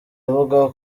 avuga